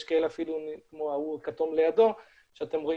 יש כאלה אפילו כמו הכתום לידו שאתם רואים